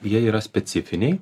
jie yra specifiniai